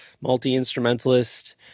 multi-instrumentalist